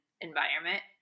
environment